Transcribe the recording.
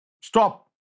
stop